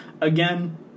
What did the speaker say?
Again